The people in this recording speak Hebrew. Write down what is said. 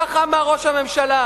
ככה אמר ראש הממשלה.